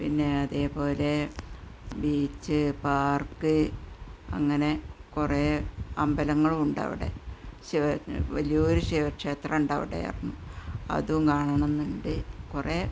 പിന്നെ അതേപോലെ beach park അങ്ങനെ കുറേ അമ്പലങ്ങളും ഉണ്ട് അവിടെ ശിവ വലിയ ഒരു ശിവക്ഷേത്രം ഉണ്ട് അവിടെ അതും കാണണമെന്നുണ്ട് കുറേ